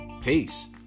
Peace